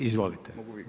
Izvolite.